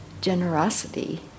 generosity